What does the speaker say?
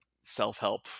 self-help